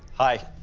hi.